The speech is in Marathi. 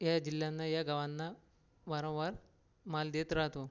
या जिल्ह्यांना या गावांना वारंवार माल देत राहतो